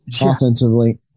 offensively